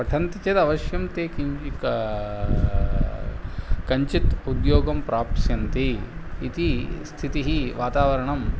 पठन्ति चेद् अवश्यं ते किञ्चित् कञ्चित् उद्योगं प्राप्स्यन्ति इति स्थितिः वातावरणम्